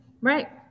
right